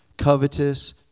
covetous